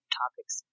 topics